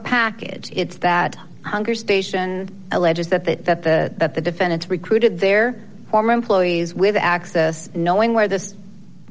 a package it's that hunger station alleges that that that the that the defendants recruited their former employees with access knowing where this